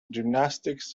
gymnastics